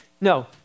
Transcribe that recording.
No